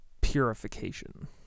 purification